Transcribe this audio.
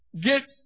get